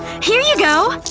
here you go!